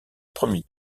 premier